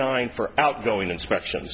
nine for outgoing inspections